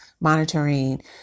monitoring